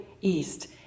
East